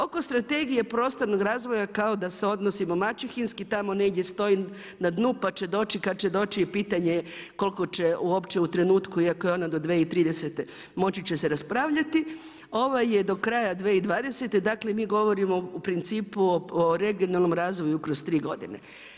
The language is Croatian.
Oko Strategije prostornog razvoja kao da se odnosimo maćehinski, tamo negdje stoji na dnu, pa će doći kad će doći i pitanje je koliko će uopće u trenutku, iako je ona do 2030., moći će se raspravljati, ovo je do kraja 2020., dakle mi govorimo u principu o regionalnom razvoju kroz tri godine.